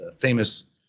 famous